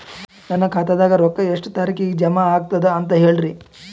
ನನ್ನ ಖಾತಾದಾಗ ರೊಕ್ಕ ಎಷ್ಟ ತಾರೀಖಿಗೆ ಜಮಾ ಆಗತದ ದ ಅಂತ ಹೇಳರಿ?